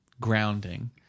grounding